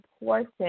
important